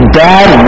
dad